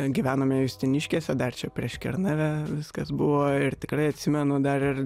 gyvenome justiniškėse dar čia prieš kernavę viskas buvo ir tikrai atsimenu dar ir